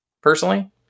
personally